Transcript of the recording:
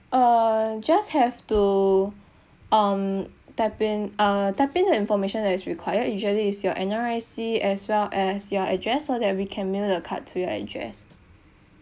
uh just have to um type in uh type in the information that is required usually it's your N_R_I_C as well as your address so that we can mail the card to your address